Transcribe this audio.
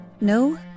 No